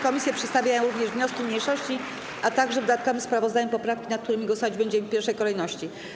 Komisje przedstawiają również wnioski mniejszości, a także w dodatkowym sprawozdaniu poprawki, nad którymi głosować będziemy w pierwszej kolejności.